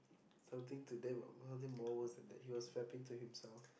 something to them but I think more worse than that he was fapping to himself